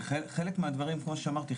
וחלק מהדברים כמו שאמרתי,